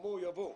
ירים את ידו.